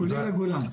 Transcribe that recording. כולל הגולן.